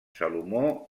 salomó